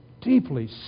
deeply